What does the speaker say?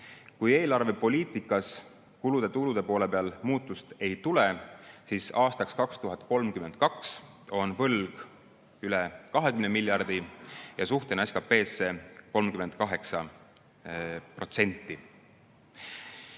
Kui eelarvepoliitikas kulude-tulude poole peal muutust ei tule, siis aastaks 2032 on võlg üle 20 miljardi ja suhtena SKT-sse 38%.